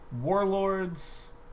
Warlords